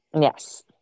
Yes